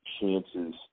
chances